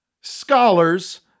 scholars